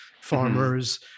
farmers